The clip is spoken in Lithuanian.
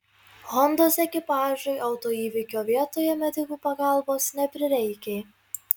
hondos ekipažui autoįvykio vietoje medikų pagalbos neprireikė